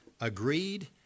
agreed